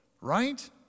right